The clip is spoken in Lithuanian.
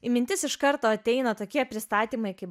į mintis iš karto ateina tokie pristatymai kaip